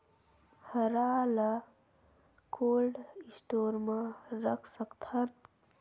हरा ल cold store म रख सकथन?